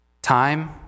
Time